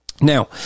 Now